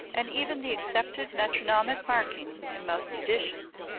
and even the accepted metronomic markings in most editions,